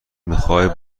میخوای